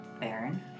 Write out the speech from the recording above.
Baron